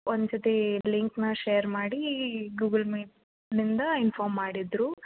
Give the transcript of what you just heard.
ಒಂದು ಸರ್ತಿ ಲಿಂಕ್ನ ಶೇರ್ ಮಾಡಿ ಗೂಗಲ್ ಮೀಟ್ನಿಂದ ಇನ್ಫಾರ್ಮ್ ಮಾಡಿದ್ದರು